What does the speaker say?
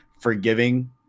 forgiving